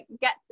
get